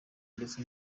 ndetse